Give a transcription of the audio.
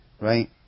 right